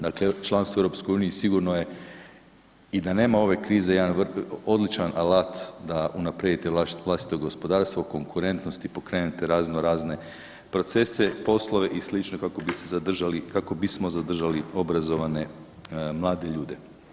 Dakle, članstvo u EU sigurno je i da nema ove krize jedan odličan alat da unaprijedite vlastito gospodarstvo, konkurentnost i pokrenete razno razne procese i poslove i slične, kako bismo zadržali obrazovane mlade ljude.